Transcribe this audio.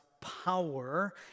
power